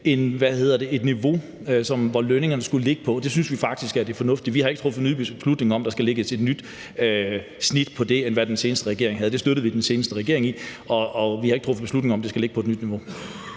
et niveau for, hvor lønningerne skulle ligge, og det synes vi faktisk er fornuftigt. Vi har ikke truffet beslutning om, at der skal lægges et nyt snit, i forhold til hvad den foregående regering havde. Vi støttede den foregående regering i det, og vi har ikke truffet beslutning om, at det skal ligge på et nyt niveau.